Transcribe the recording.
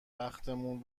بختمون